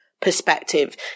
perspective